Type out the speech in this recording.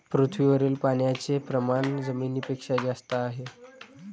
पृथ्वीवरील पाण्याचे प्रमाण जमिनीपेक्षा जास्त आहे